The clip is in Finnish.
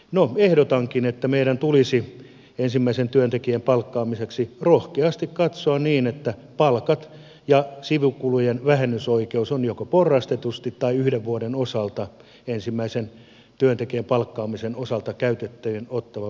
no ehdotankin että meidän tulisi ensimmäisen työntekijän palkkaamiseksi rohkeasti katsoa niin että palkka ja sivukulujen vähennysoikeus on joko porrastetusti tai yhden vuoden osalta ensimmäisen työntekijän palkkaamisen osalta käyttöön otettava väline